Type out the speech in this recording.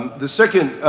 the second